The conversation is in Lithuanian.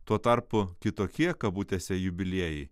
tuo tarpu kitokie kabutėse jubiliejai